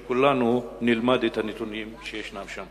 שכולנו נלמד את הנתונים שישנם שם.